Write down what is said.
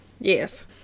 Yes